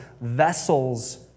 vessels